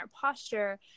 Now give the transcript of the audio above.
posture